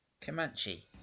Comanche